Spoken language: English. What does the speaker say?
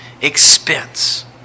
expense